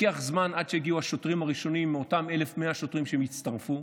לוקח זמן עד שיגיעו השוטרים הראשונים מאותם 1,100 שוטרים שיצטרפו,